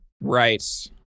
Right